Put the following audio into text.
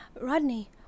Rodney